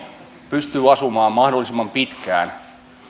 pystyy asumaan mahdollisimman pitkään